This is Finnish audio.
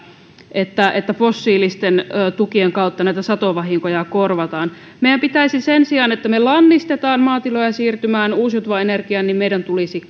että että fossiilisten tukien kautta näitä satovahinkoja korvataan sen sijaan että me lannistamme maatiloja siirtymään uusiutuvaan energiaan meidän tulisi